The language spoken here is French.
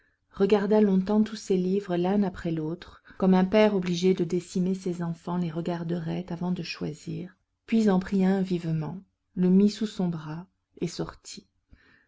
regarda longtemps tous ses livres l'un après l'autre comme un père obligé de décimer ses enfants les regarderait avant de choisir puis en prit un vivement le mit sous son bras et sortit